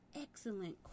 excellent